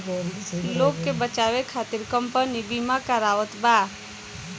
लोग के बचावे खतिर कम्पनी बिमा करावत बा